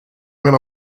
when